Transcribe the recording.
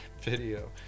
video